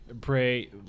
Pray